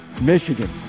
Michigan